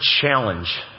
challenge